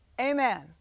Amen